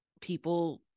people